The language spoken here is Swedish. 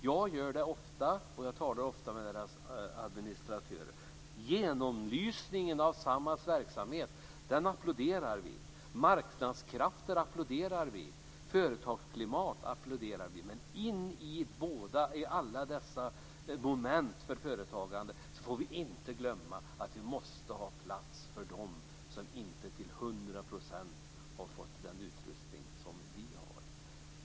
Jag gör det ofta, och jag talar ofta med deras administratörer. Genomlysningen av Samhalls verksamhet applåderar vi. Marknadskrafter applåderar vi. Företagsklimat applåderar vi. Men bland alla dessa moment för företagande får vi inte glömma att vi måste ha plats för dem som inte till hundra procent har fått den utrustning som vi har.